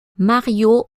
mario